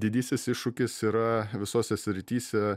didysis iššūkis yra visose srityse